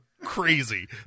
crazy